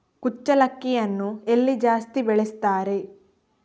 ಕುಚ್ಚಲಕ್ಕಿಯನ್ನು ಎಲ್ಲಿ ಜಾಸ್ತಿ ಬೆಳೆಸ್ತಾರೆ?